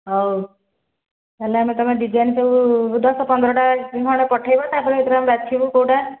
ହେଉ ତାହା ହେଲେ ତୁମ ଡିଜାଇନ କେଉଁ ଦଶ ପନ୍ଦରଟା ପଠାଇବେ ତା'ପରେ ଆମେ ସେଥିରୁ ବାଛିବୁ କେଉଁଟା